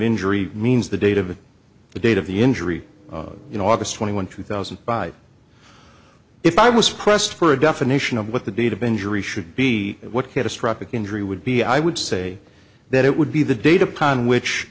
injury means the date of the date of the injury in august twenty one two thousand and five if i was pressed for a definition of what the data been jury should be what catastrophic injury would be i would say that it would be the data plan which